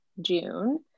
June